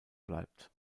bleibt